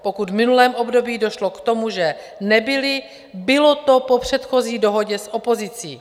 Pokud v minulém období došlo k tomu, že nebyly, bylo to po předchozí dohodě s opozicí.